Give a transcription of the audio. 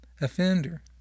offender